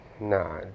Nah